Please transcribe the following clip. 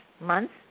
months